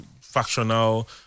factional